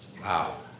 Wow